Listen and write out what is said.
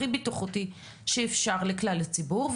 הכי בטיחותי שאפשר לכלל הציבור,